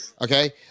Okay